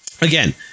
again